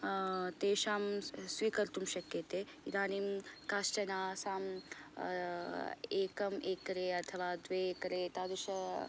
तेषां स्वीकर्तुं शक्यते इदानिं काश्चन सां एकं ऐक्रे अथवा द्वे एक्रे तादृश